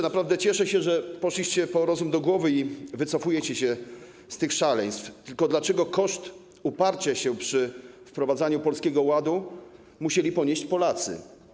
Naprawdę cieszę się, że poszliście po rozum do głowy i wycofujecie się z tych szaleństw, ale dlaczego koszt uparcia się co do wprowadzania Polskiego Ładu musieli ponieść Polacy?